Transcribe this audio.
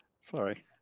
sorry